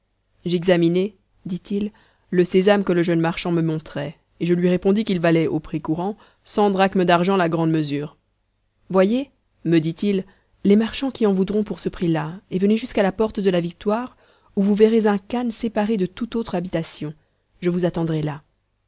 j'examinai dit-il le sésame que le jeune marchand me montrait et je lui répondis qu'il valait au prix courant cent drachmes d'argent la grande mesure voyez me dit-il les marchands qui en voudront pour ce prix-là et venez jusqu'à la porte de la victoire où vous verrez un khan séparé de toute autre habitation je vous attendrai là